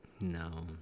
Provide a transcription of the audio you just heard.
No